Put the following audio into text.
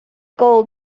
gold